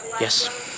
Yes